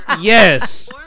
Yes